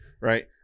right